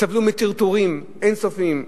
סבלו מטרטורים אין-סופיים,